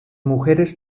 mujeres